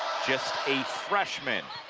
just a freshman.